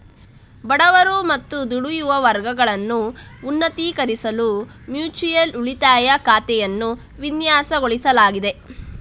ಬಡವರು ಮತ್ತು ದುಡಿಯುವ ವರ್ಗಗಳನ್ನು ಉನ್ನತೀಕರಿಸಲು ಮ್ಯೂಚುಯಲ್ ಉಳಿತಾಯ ಖಾತೆಯನ್ನು ವಿನ್ಯಾಸಗೊಳಿಸಲಾಗಿದೆ